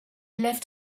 left